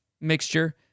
mixture